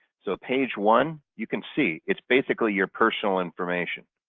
so page one, you can see, it's basically your personal information.